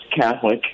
Catholic